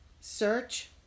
Search